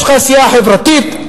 יש לך סיעה חברתית,